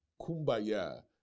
Kumbaya